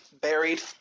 buried